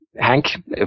Hank